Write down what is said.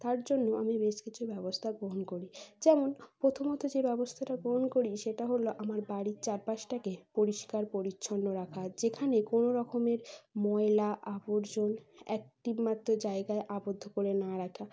তার জন্য আমি বেশ কিছু ব্যবস্থা গ্রহণ করি যেমন প্রথমত যে ব্যবস্থাটা গ্রহণ করি সেটা হল আমার বাড়ির চারপাশটাকে পরিষ্কার পরিছন্ন রাখা যেখানে কোনও রকমের ময়লা আবর্জনা একটিমাত্র জায়গায় আবদ্ধ করে না রাখা